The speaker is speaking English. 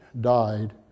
died